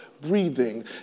breathing